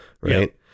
right